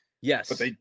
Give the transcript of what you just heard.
yes